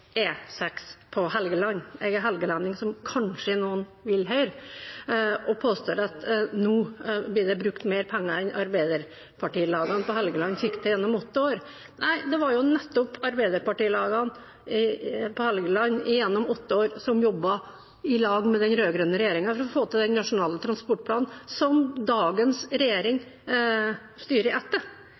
på Helgeland – jeg er helgelending, som noen kanskje vil høre – og påsto at nå blir det brukt mer penger enn Arbeiderparti-lagene på Helgeland fikk til gjennom åtte år. Nei, det var nettopp Arbeiderparti-lagene på Helgeland som i åtte år jobbet i lag med den rød-grønne regjeringen for å få til Nasjonal transportplan, som dagens regjering styrer etter.